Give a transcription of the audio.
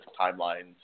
timelines